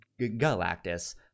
Galactus